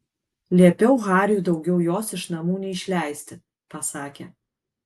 liepiau hariui daugiau jos iš namų neišleisti pasakė